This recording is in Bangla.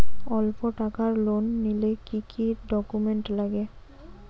অল্প টাকার লোন নিলে কি কি ডকুমেন্ট লাগে?